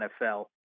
nfl